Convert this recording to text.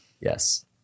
Yes